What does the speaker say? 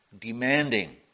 demanding